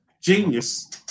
Genius